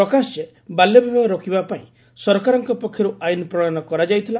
ପ୍ରକାଶ ଯେ ବାଲ୍ୟ ବିବାହ ରୋକିବା ପାଇଁ ସରକାରଙ୍କ ପକ୍ଷରୁ ଆଇନ ପ୍ରଶୟନ କରାଯାଇଥିଲା